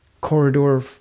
corridor